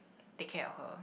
take care of her